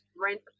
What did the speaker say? rent